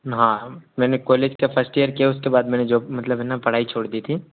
हाँ मैंने कॉलेज का फ़र्स्ट ईयर किया उसके बाद मैंने मतलब पढ़ाई छोड़ दी थी